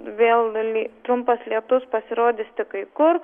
vėl nuli trumpas lietus pasirodys tik kai kur